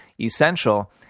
ESSENTIAL